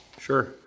Sure